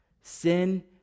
Sin